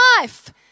life